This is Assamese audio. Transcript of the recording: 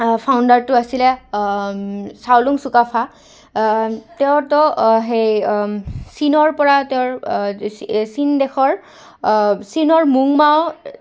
ফাউণ্ডাৰটো আছিলে চাওলুং চুকাফা তেওঁতো সেই চীনৰপৰা তেওঁৰ চীন দেশৰ চীনৰ মুংমাও